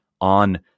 on